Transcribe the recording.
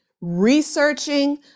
researching